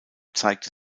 zeigte